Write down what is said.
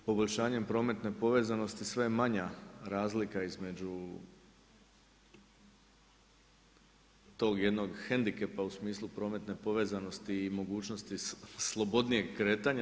Poboljšanjem prometne povezanosti sve je manja razlika između tog jednog hendikepa u smislu prometne povezanosti i mogućnosti slobodnijeg kretanja.